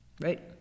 Right